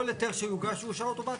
כל היתר שיוגש יאושר אוטומטית?